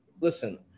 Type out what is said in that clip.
listen